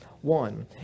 one